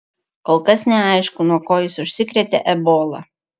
kol kas neaišku nuo ko jis užsikrėtė ebola